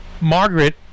Margaret